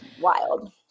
wild